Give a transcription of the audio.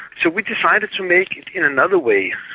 so we decided to make it in another way,